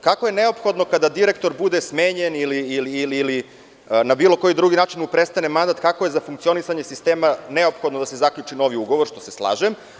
Kako je neophodno kada direktor bude smenjen, ili na bilo koji drugi način mu prestane mandat, kako je za funkcionisanje sistema neophodno da se zaključi novi ugovor, što se slažem?